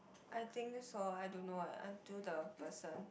I think so I don't know eh until the person